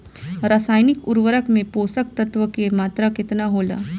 रसायनिक उर्वरक मे पोषक तत्व के मात्रा केतना होला?